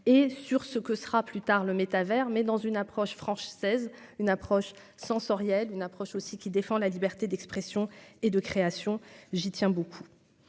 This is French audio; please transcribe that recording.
et sur ce que sera plus tard, le métavers, mais dans une approche française une approche sensorielle, une approche aussi qui défend la liberté d'expression et de création, j'y tiens beaucoup,